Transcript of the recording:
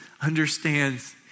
understands